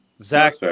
Zach